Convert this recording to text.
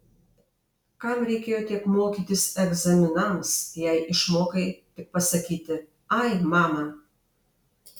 kam reikėjo tiek mokytis egzaminams jei išmokai tik pasakyti ai mama